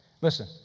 Listen